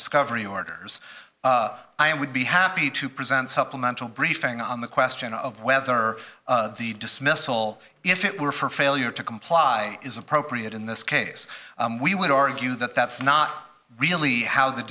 discovery orders i would be happy to present supplemental briefing on the question of whether the dismissal if it were for failure to comply is appropriate in this case we would argue that that's not really ho